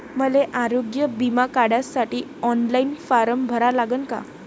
मले आरोग्य बिमा काढासाठी ऑनलाईन फारम भरा लागन का?